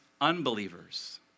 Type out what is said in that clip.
unbelievers